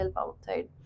outside